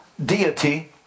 deity